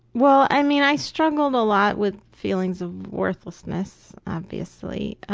well, i mean i struggled a lot with feelings of worthlessness obviously,